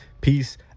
Peace